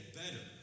better